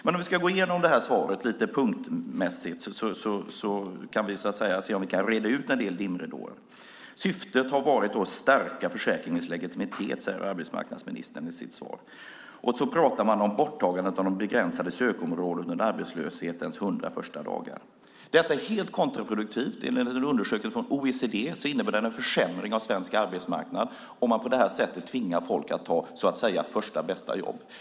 Men om vi går igenom det här svaret punktvis kanske vi kan skingra en del dimridåer. Syftet har varit att stärka försäkringens legitimitet, säger arbetsmarknadsministern i sitt svar, och så pratar han om borttagandet av de begränsade sökområdena under arbetslöshetens 100 första dagar. Detta är helt kontraproduktivt. Enligt en undersökning från OECD innebär det en försämring av svensk arbetsmarknad om man på det här sättet tvingar folk att ta så att säga första bästa jobb.